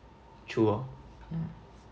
true oh mm